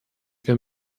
wir